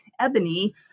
Ebony